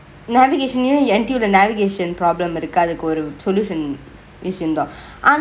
navigation லுயு:luyu N_T_U ல:le navigation problem இருக்கு அதுக்கு ஒரு:irukku athuku oru solution வச்சிருந்தோ:vechiruntho